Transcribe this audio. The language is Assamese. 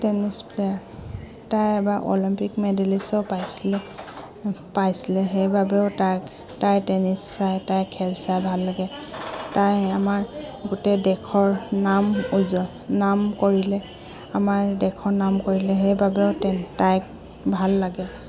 টেনিছ প্লেয়াৰ তাই এবাৰ অলিম্পিক মেডেলিষ্টো পাইছিলে পাইছিলে সেইবাবেও তাইক তাই টেনিছ চাই তাই খেল চাই ভাল লাগে তাই আমাৰ গোটেই দেশৰ নাম উজ নাম কৰিলে আমাৰ দেশৰ নাম কৰিলে সেইবাবেও ত তাইক ভাল লাগে